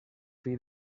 fill